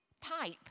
pipe